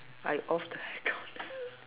I off the aircon